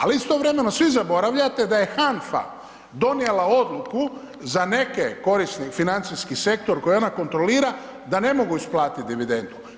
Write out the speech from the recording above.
Al istovremeno svi zaboravljate da je HANFA donijela odluku za neke, financijski sektor koji ona kontrolira da ne mogu isplatit dividendu.